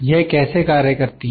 यह कैसे कार्य करती हैं